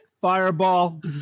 fireball